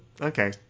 okay